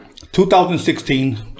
2016